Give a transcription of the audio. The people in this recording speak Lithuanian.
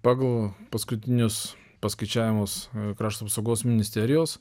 pagal paskutinius paskaičiavimus krašto apsaugos ministerijos